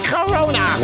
Corona